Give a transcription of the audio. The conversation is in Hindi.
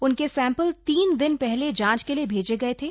उनके सैम्पल तीन दिन पहले जांच के लिये भेजे गये थे